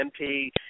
MP